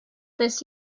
this